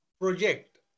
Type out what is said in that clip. project